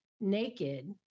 naked